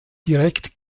direkt